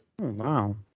Wow